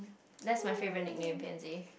that's my favourite nickname